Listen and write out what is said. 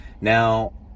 Now